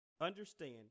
Understand